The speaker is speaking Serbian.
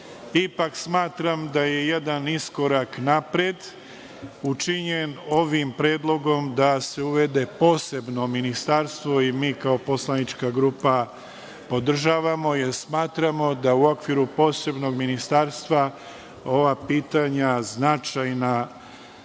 smatram, da je jedan iskorak napred učinjen ovim predlogom da se uvede posebno ministarstvo. Mi kao poslanička grupa podržavamo, jer smatramo da u okviru posebnog ministarstva ova pitanja, značajna